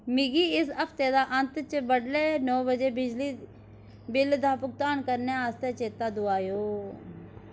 मिगी इस हफ्ते दा अंत च बडलै नौ बजे बिजली बिल्ल दा भुगतान करने आस्तै चेता दोआएओ